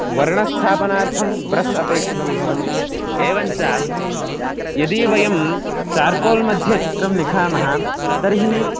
वर्णस्थापनार्थं brush अपेक्षितं भवति एवं च यदि वयं चार्कोल् मध्ये चित्रं निखामः तर्हि